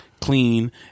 clean